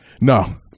No